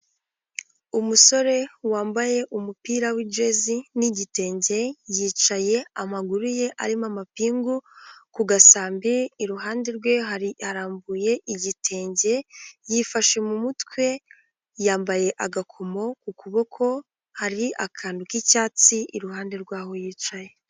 Umupira wambaye umupira wa jezi n'igitenge yicaye amaguru ye arimo amapingu ku gasambi iruhande rwe harambuye igitenge yifashe mu mutwe yambaye agakomo ku kuboko hari akantu k'icyatsi iruhande rwaho yicaye.